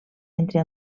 entre